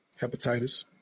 Hepatitis